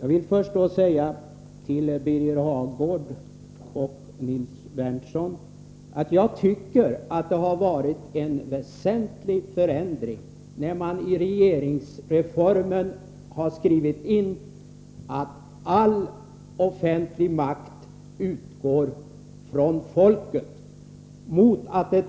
Jag vill först säga till Birger Hagård och Nils Berndtson att jag tycker att det var en väsentlig förändring när man i regeringsformen skrev in att all offentlig makt utgår från folket.